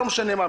לא משנה מה.